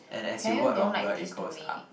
and as you work longer it goes up